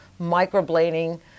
microblading